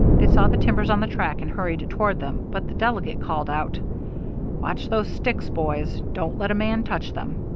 they saw the timbers on the track and hurried toward them, but the delegate called out watch those sticks, boys! don't let a man touch them!